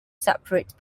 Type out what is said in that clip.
separate